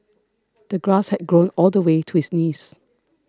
the grass had grown all the way to his knees